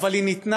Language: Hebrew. אבל היא ניתנה,